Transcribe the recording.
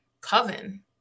coven